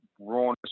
rawness